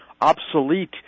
obsolete